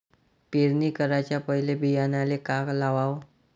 पेरणी कराच्या पयले बियान्याले का लावाव?